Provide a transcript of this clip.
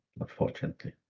unfortunately